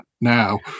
Now